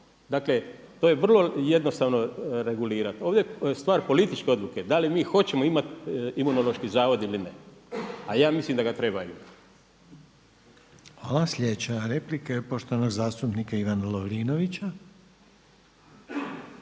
Dakle, to je vrlo jednostavno regulirati. Ovdje je stvar političke odluke da li mi hoćemo imati Imunološki zavod ili ne, a ja mislim da ga treba imati. **Reiner, Željko (HDZ)** Hvala. Sljedeća replika je poštovanog zastupnika Ivana Lovrinovića.